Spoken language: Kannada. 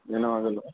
ಏನೂ ಆಗೋಲ್ಲ